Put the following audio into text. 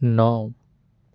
نو